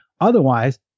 Otherwise